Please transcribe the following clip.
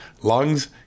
lungs